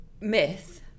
Myth